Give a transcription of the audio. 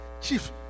chief